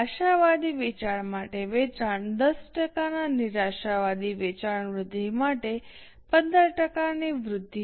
આશાવાદી વેચાણ માટે વેચાણ 10 ટકાના નિરાશાવાદી વેચાણ વૃદ્ધિ માટે 15 ટકાની વૃદ્ધિ